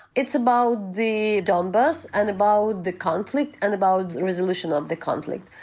it's about the donbass and about the conflict and about the resolution of the conflict.